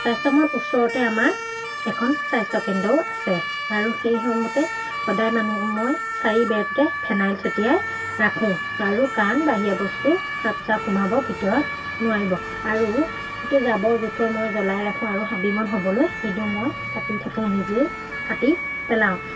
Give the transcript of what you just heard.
স্বাস্থ্যমত ওচৰতে আমাৰ এখন স্বাস্থ্যকেন্দ্ৰও আছে আৰু সেই সন্মতে সদায় মানুহ মই চাৰি বেৰটোতে ফেনাইল ছটিয়াই ৰাখোঁ আৰু কাৰণ বাহিৰা বস্তু সাপ চাপ সোমাব ভিতৰত নোৱাৰিব আৰু গোটেই জাবৰ জোঁথৰ মই জ্বলাই ৰাখোঁ আৰু হাবি বন হ'বলৈ নিদিওঁ মই কাটি থাকোঁ নিজেই কাটি পেলাওঁ